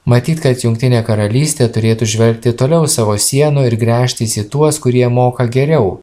matyt kad jungtinė karalystė turėtų žvelgti toliau savo sienų ir gręžtis į tuos kurie moka geriau